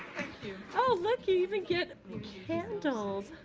you. oh look, you even get candles.